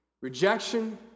Rejection